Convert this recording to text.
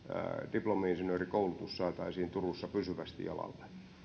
diplomi insinöörikoulutus saataisiin turussa pysyvästi jalalle